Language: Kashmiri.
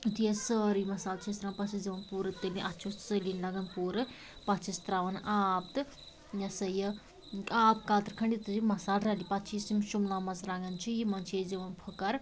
یُتھے اَتھ سورُے مصالہٕ چھِس ترٛاوان پتہٕ چھِس دِوان پوٗرٕ تلِنۍ اتھ چھِ ژٔلِنۍ لگان پوٗرٕ پتہٕ چھِس ترٛاوان آب تہٕ یہِ ہسا یہِ آب قطرٕ کھَنٛڈ یُتھ یہِ مصالہٕ رَلہِ پتہٕ چھِ أسۍ یم شٕملہ مَرژٕوانٛگن چھِ یمن چھِ أسۍ دوان پھُکَر